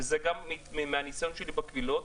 וזה גם מהניסיון שלי בקבילות,